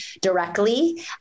directly